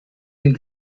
den